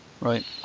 Right